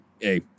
hey